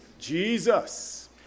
jesus